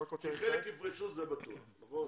כי חלק יפרשו, זה בטוח, נכון?